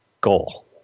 goal